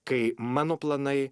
kai mano planai